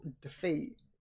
defeat